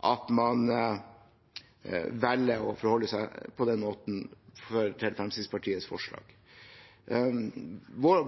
at man velger å forholde seg på denne måten til Fremskrittspartiets forslag.